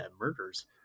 murders